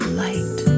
light